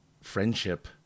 friendship